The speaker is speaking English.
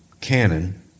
Canon